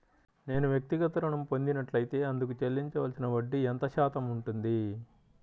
నేను వ్యక్తిగత ఋణం పొందినట్లైతే అందుకు చెల్లించవలసిన వడ్డీ ఎంత శాతం ఉంటుంది?